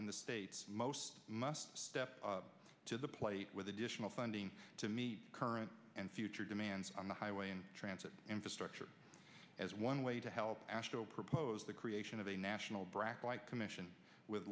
and the states most must step up to the plate with additional funding to meet current and future demands on the highway and transit infrastructure as one way to help ashville propose the creation of a national brac commission with